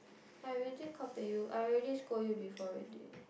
I already kao pei you I already scold you before already